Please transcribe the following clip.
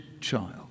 child